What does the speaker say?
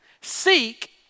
Seek